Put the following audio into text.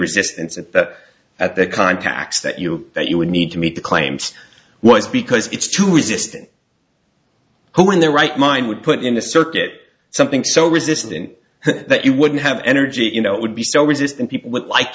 resistance that at the contacts that you that you would need to meet the claims was because it's to resist it who in their right mind would put in a circuit something so resistant that you wouldn't have energy you know it would be so resistant people would like